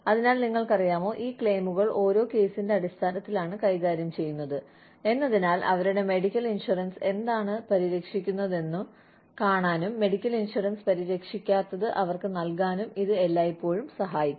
അതിനാൽ നിങ്ങൾക്കറിയാമോ ഈ ക്ലെയിമുകൾ ഓരോ കേസിന്റെ അടിസ്ഥാനത്തിലാണ് കൈകാര്യം ചെയ്യുന്നത് എന്നതിനാൽ അവരുടെ മെഡിക്കൽ ഇൻഷുറൻസ് എന്താണ് പരിരക്ഷിക്കുന്നതെന്ന് കാണാനും മെഡിക്കൽ ഇൻഷുറൻസ് പരിരക്ഷിക്കാത്തത് അവർക്ക് നൽകാനും ഇത് എല്ലായ്പ്പോഴും സഹായിക്കും